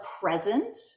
present